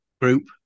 group